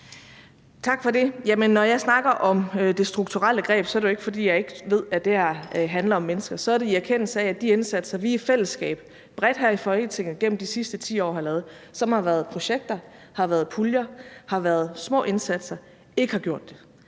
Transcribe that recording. Tak for det. Når jeg snakker om det strukturelle greb, er det jo ikke, fordi jeg ikke ved, at det her handler om mennesker. Så er det i erkendelse af, at de indsatser, vi i fællesskab bredt her i Folketinget gennem de sidste 10 år har lavet, og som har været projekter, har været puljer og har været små indsatser, ikke har løst det.